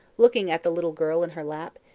looking at the little girl in her lap.